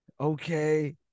Okay